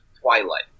Twilight